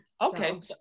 Okay